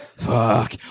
Fuck